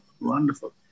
wonderful